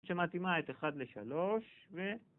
שמתאימה את 1 ל-3 ו...